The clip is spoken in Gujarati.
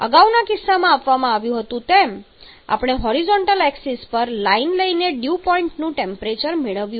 અગાઉના કિસ્સામાં આપવામાં આવ્યું હતું તેમ આપણે હોરિઝોન્ટલ અક્ષ પર લાઈન લઈને ડ્યૂ પોઇન્ટનું ટેમ્પરેચર મેળવ્યું